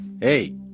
hey